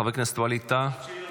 חבר הכנסת ווליד טאהא,